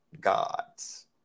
gods